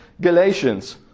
Galatians